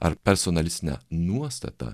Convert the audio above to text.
ar personalistinę nuostatą